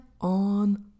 on